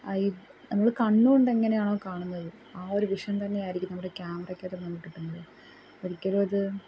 E നമ്മൾ കണ്ണുകൊണ്ടെങ്ങനെയാണൊ കാണുന്നത് ആ ഒരു വിഷൻ തന്നെയായിരിക്കും നമ്മുടെ ക്യാമറക്കകത്ത് നമുക്ക് കിട്ടുന്നത് ഒരിക്കലുവത്